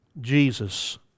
Jesus